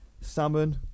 Salmon